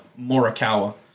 Morikawa